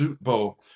bow